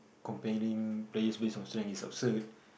comparing based based on strength is absurd